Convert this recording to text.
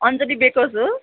Anjali bakers हो